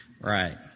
Right